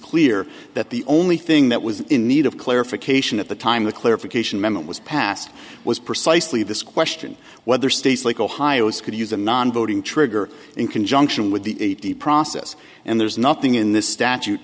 clear that the only thing that was in need of clarification at the time the clarification memo was passed was precisely this question whether states like ohio is could use a non voting trigger in conjunction with the process and there's nothing in this statute